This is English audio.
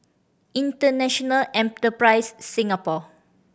International Enterprise Singapore